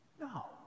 no